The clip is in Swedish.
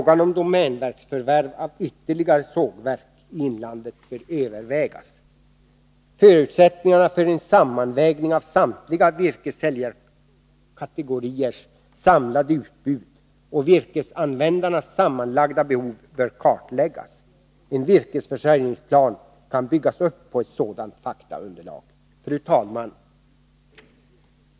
Man bör överväga om domänverket skall förvärva ytterligare sågverk i inlandet. riers samlade utbud och virkesanvändarnas sammanlagda behov bör kartläggas. En virkesförsörjningsplan kan byggas upp på ett sådant faktaunderlag. Fru talman!